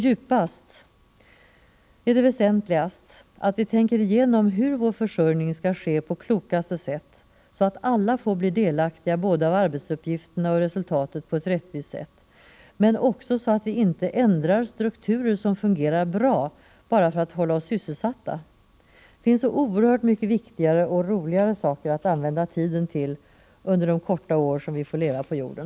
Djupast är det väsentligast att vi tänker igenom hur vår försörjning skall ske på klokaste sätt, så att alla får bli delaktiga både av arbetsuppgifterna och av resultatet på ett rättvist sätt, men också så att vi inte ändrar strukturer som fungerar bra bara för att hålla oss sysselsatta. Det finns så oerhört mycket viktigare och roligare saker att använda tiden till under de korta år vi får leva på jorden.